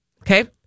Okay